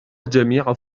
جميع